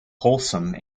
wholesome